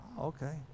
okay